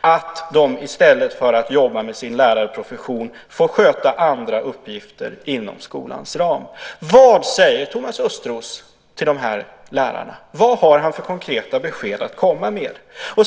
och att de i stället för att jobba med sin lärarprofession får sköta andra uppgifter inom skolans ram. Vad säger Thomas Östros till de här lärarna? Vilka konkreta besked har han att komma med?